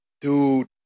Dude